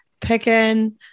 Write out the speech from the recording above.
picking